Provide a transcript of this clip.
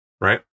Right